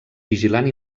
vigilant